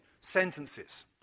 sentences